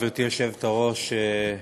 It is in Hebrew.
גברתי היושבת-ראש,